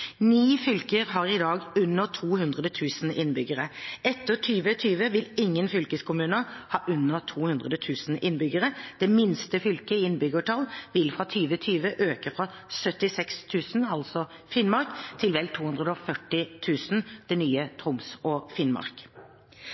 Ni fylker har i dag under 200 000 innbyggere. Etter 2020 vil ingen fylkeskommuner ha under 200 000 innbyggere. Det minste fylket i innbyggertall, Finnmark, vil fra 2020 øke fra 76 000 til vel 240 000 innbyggere ved å bli en del av det nye fylket Troms og Finnmark.